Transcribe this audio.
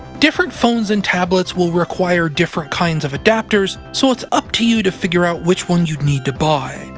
different phones and tablets will require different kinds of adapters, so it's up to you to figure out which one you'd need to buy.